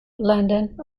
london